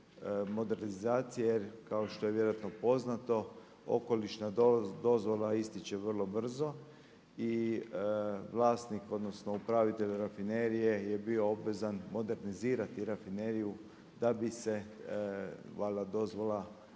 Jer kao što je vjerojatno poznato okolišna dozvola ističe vrlo brzo i vlasnik odnosno upravitelj rafinerije je bio obvezan modernizirati rafineriju da bi se valjda